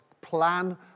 plan